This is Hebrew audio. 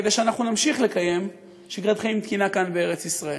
כדי שאנחנו נמשיך לקיים שגרת חיים תקינה כאן בארץ ישראל.